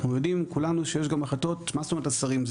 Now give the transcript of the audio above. אנחנו יודעים כולנו שיש גם החלטות מה זאת אומרת השרים?